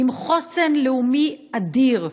עם חוסן לאומי אדיר.